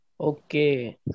okay